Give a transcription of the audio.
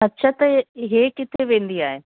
अछा त हे किथे वेंदी आहे